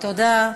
תודה.